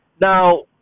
now